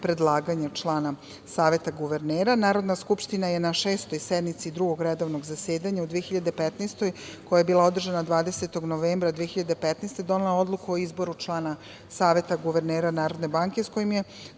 predlaganja člana saveta guvernera. Narodna skupština je na šestoj sednici Drugog redovnog zasedanja u 2015. godini, koja je bila održana 20. novembra 2015. godine donela odluku o izboru člana Saveta guvernera Narodne banke sa kojim je